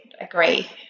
agree